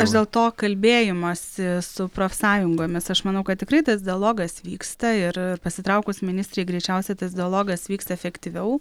aš dėl to kalbėjimosi su profsąjungomis aš manau kad tikrai tas dialogas vyksta ir pasitraukus ministrei greičiausiai tas dialogas vyks efektyviau